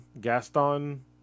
gaston